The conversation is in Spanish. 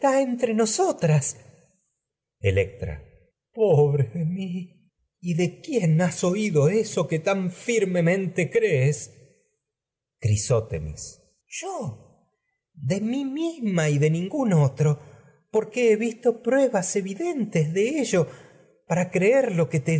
entre nosotras electra pobre de mi y de quién has oído eso que tan firmemente crees de mí crisótemis yo porque lo que misma y de ningún otro creer he visto te digo pruebas evidentes de ello para electra qué